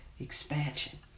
expansion